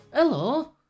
Hello